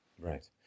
Right